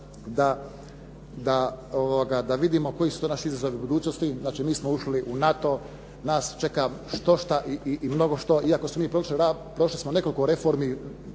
da vidimo koji su to naši izazovi u budućnosti. Znači mi smo ušli u NATO, nas čeka štošta i mnogošto iako smo mi prošli nekoliko reformi